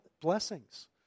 blessings